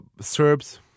Serbs